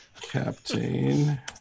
Captain